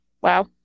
Wow